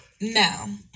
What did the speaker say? No